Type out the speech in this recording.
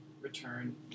return